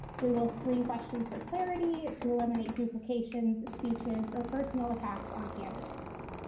we will screen questions for clarity to eliminate duplications of speeches or personal attacks on candidates.